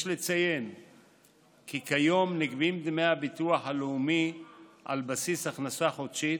יש לציין כי כיום נגבים דמי הביטוח הלאומי על בסיס הכנסה חודשית